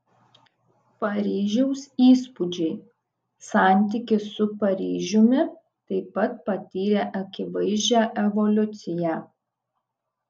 paryžiaus įspūdžiai santykis su paryžiumi taip pat patyrė akivaizdžią evoliuciją